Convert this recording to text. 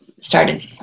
started